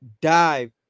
dive